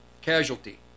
casualty